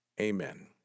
amen